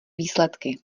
výsledky